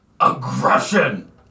aggression